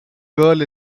girl